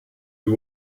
you